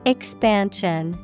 Expansion